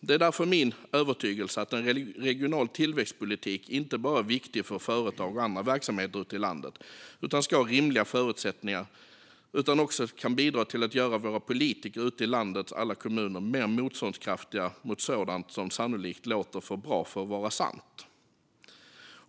Det är därför min övertygelse att en regional tillväxtpolitik inte bara är viktig för att företag och andra verksamheter ute i landet ska ha rimliga förutsättningar utan att den också kan bidra till att göra våra politiker ute i landets alla kommuner mer motståndskraftiga mot sådant som låter för bra för att vara sant.